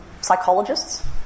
psychologists